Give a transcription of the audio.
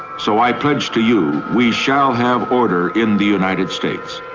so i pledge to you, we shall have order in the united states.